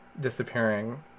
disappearing